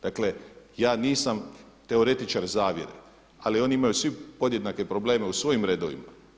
Dakle, ja nisam teoretičar zavjere, ali oni imaju svi podjednake probleme u svojim redovima.